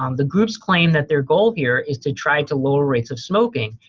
um the groups claim that their goal here is to try and to lower rates of smoking.